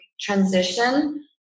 transition